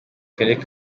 akarere